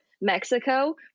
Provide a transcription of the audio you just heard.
Mexico